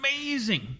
amazing